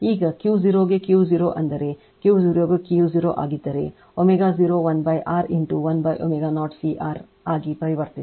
ಈಗ Q0 ಗೆ Q0 ಅಂದರೆ Q0 ಗೆ Q0 ಆಗಿದ್ದರೆ ω0 lR ಇಂಟು 1ω0 CRಆಗಿ ಪರಿವರ್ತಿಸಿ